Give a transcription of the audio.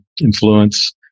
influence